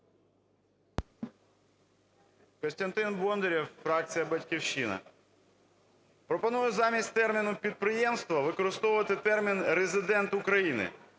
Костянтин Бондарєв, фракція "Батьківщина". Пропоную замість терміну "підприємство" використовувати термін "резидент України".